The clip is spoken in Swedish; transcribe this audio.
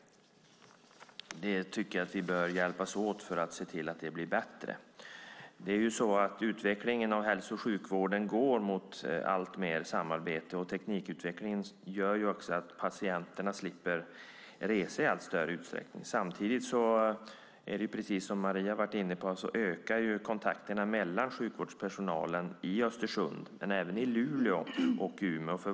Jag tycker att vi bör hjälpas åt för att se till att det blir bättre. Utvecklingen av hälso och sjukvården går mot alltmer samarbete, och teknikutvecklingen gör också att patienterna slipper resa i allt större utsträckning. Samtidigt är det precis som Marie har varit inne på så att kontakterna ökar mellan sjukvårdspersonalen i Östersund, men även i Luleå och Umeå.